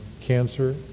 cancer